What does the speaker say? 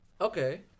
Okay